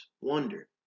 wonder